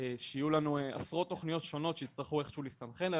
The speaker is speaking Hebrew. שיהיו לנו עשרות תוכניות שונות שיצטרכו איכשהו להסתנכרן,